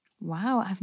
Wow